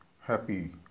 happy